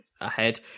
ahead